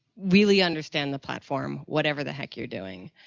really understand the platform whatever the heck you're doing,